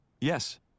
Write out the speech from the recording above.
yes